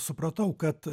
supratau kad